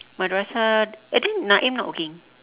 madrasah and then naim not working